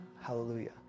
hallelujah